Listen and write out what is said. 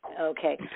Okay